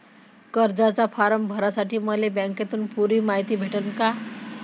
कर्जाचा फारम भरासाठी मले बँकेतून पुरी मायती भेटन का?